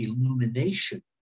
illumination